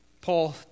Paul